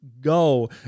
go